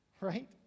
Right